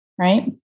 right